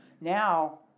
now